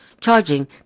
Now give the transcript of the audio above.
charging